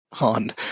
on